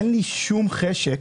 אין לי שום חשק